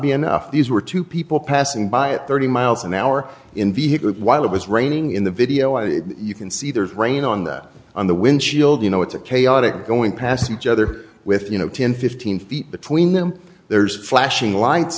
be enough these were two people passing by at thirty miles an hour in vehicle while it was raining in the video you can see there's rain on that on the windshield you know it's a chaotic going past each other with you know ten fifteen feet between them there's flashing lights